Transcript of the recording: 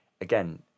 again